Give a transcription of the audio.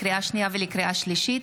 לקריאה שנייה ולקריאה שלישית: